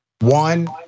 One